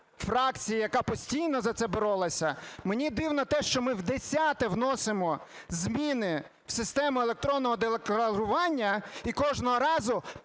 фракції, яка постійно за це боролася. Мені дивно те, що ми вдесяте вносимо зміни в систему електронного декларування - і кожного разу